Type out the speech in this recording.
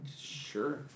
Sure